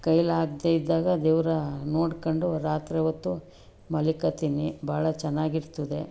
ಕೈಯ್ಯಲ್ಲಾಗದೇ ಇದ್ದಾಗ ದೇವರ ನೋಡ್ಕೊಂಡು ರಾತ್ರಿ ಹೊತ್ತು ಮಲ್ಕೊಳ್ತೀನಿ ಭಾಳ ಚೆನ್ನಾಗಿರ್ತದೆ